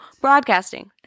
Broadcasting